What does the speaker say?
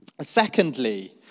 Secondly